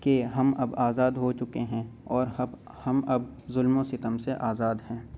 کہ ہم اب آزاد ہو چکے ہیں اور ہم اب ظلم و ستم سے آزاد ہیں